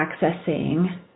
accessing